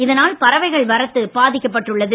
இதனால் பறவைகள் வரத்து பாதிக்கப்பட்டு உள்ளது